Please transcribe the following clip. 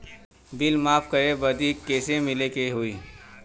Bill माफ करे बदी कैसे मिले के होई?